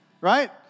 right